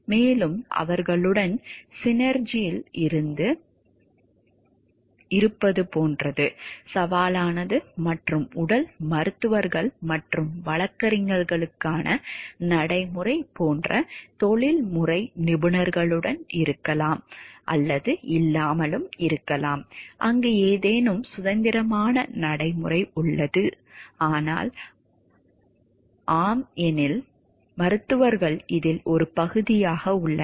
மேலும் அவர்களுடன் சினெர்ஜியில் இருப்பது போன்றது சவாலானது மற்றும் உடல் மருத்துவர்கள் மற்றும் வழக்கறிஞர்களுக்கான நடைமுறை போன்ற தொழில்முறை நிபுணர்களுடன் இருக்கலாம் அல்லது இல்லாமல் இருக்கலாம் அங்கு ஏதேனும் சுதந்திரமான நடைமுறை உள்ளது ஆனால் ஆம் எனில் மருத்துவர்கள் இதில் ஒரு பகுதியாக உள்ளனர்